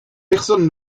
personne